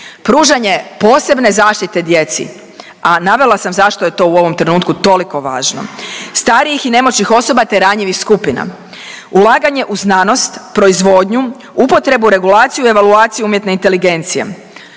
pružanje posebne zaštite djeci, a navela sam zašto je to u ovom trenutku toliko važno; starijih i nemoćnih osoba te ranjivih skupina, ulaganje u znanost, proizvodnju, upotrebu, regulaciju i evaluaciju umjetne inteligencije,